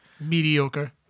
Mediocre